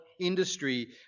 industry